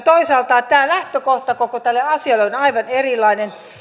toisaalta tämä lähtökohta koko tälle asialle on aivan erilainen